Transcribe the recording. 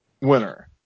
winner